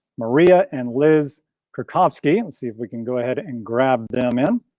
maria and liz krakovski and see if we can go ahead and grab them in,